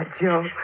Joe